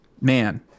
man